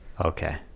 Okay